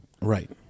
Right